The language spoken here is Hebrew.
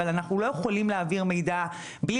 אבל אנחנו לא יכולים להעביר מידע בלי